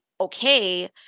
okay